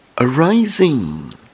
Arising